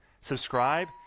subscribe